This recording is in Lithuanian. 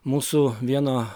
mūsų vieno